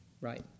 Right